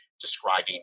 describing